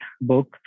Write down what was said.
book